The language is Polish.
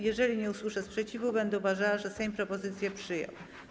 Jeżeli nie usłyszę sprzeciwu, będę uważała, że Sejm propozycję przyjął.